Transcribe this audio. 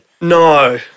No